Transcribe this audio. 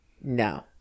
No